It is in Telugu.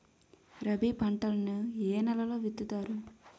రబీ పంటలను ఏ నెలలో విత్తుతారు?